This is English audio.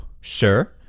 Sure